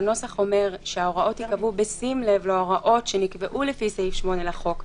הנוסח אומר שההוראות יקבעו בשים לב להוראות שנקבעו לפי סעיף 8 לחוק,